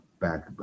back